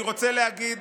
אני רוצה להגיד